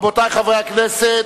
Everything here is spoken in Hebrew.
רבותי חברי הכנסת,